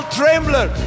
trembler